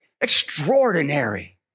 Extraordinary